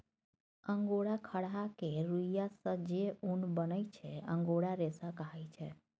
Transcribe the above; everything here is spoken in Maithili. अंगोरा खरहा केर रुइयाँ सँ जे उन बनै छै अंगोरा रेशा कहाइ छै